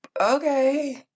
okay